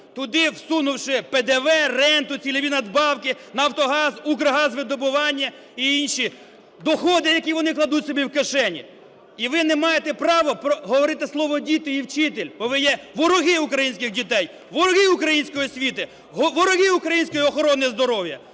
туди всунувши ПДВ, ренту, цільові надбавки, "Нафтогаз", "Укргазвидобування" і інші доходи, які вони кладуть собі в кишені. І ви не маєте права говорити слово "діти" і "вчитель", бо ви є вороги українських дітей, вороги української освіти, вороги української охорони здоров'я.